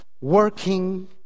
Working